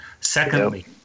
Secondly